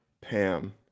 Pam